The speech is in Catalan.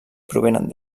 provenen